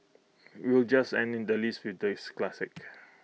we'll just ending the list with this classic